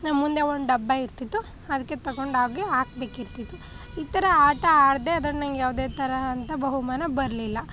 ನಮ್ಮ ಮುಂದೆ ಒಂದು ಡಬ್ಬ ಇರ್ತಿತ್ತು ಅದಕ್ಕೆ ತಗೊಂಡೋಗಿ ಹಾಕ್ಬೇಕಿರ್ತಿತ್ತು ಈ ತರ ಆಟ ಆಡದೆ ಅದ್ರಲ್ಲಿ ನನಗೆ ಯಾವುದೇ ತರಹ ಅಂತ ಬಹುಮಾನ ಬರಲಿಲ್ಲ